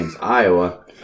Iowa